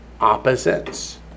opposites